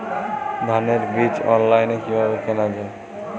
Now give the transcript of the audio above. ধানের বীজ অনলাইনে কিভাবে কেনা যায়?